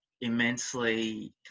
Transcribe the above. immensely